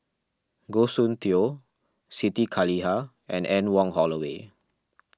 Goh Soon Tioe Siti Khalijah and Anne Wong Holloway